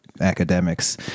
academics